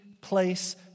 place